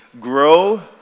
grow